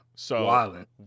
Violent